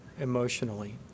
emotionally